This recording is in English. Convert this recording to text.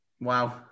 Wow